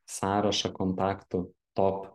sąrašą kontaktų top